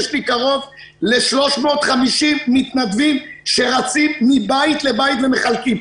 יש לי קרוב ל-350 מתנדבים שרצים מבית לבית ומחלקים.